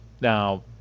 now—